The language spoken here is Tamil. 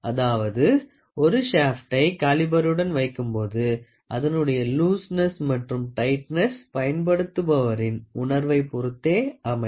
அதாவது ஒரு ஷாப்ட்டை காலிபருடன் வைக்கும் போது அதனுடைய லூசெனஸ் மற்றும் டைட்னெஸ் பயன்படுத்துபவரின் உணர்வை பொறுத்தே அமையும்